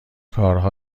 کارها